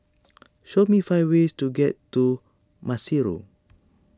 show me five ways to get to Maseru